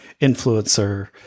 influencer